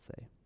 say